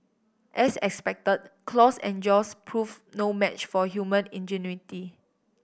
as expected claws and jaws proved no match for human ingenuity